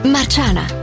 Marciana